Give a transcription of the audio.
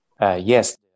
Yes